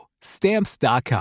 Stamps.com